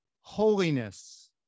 holiness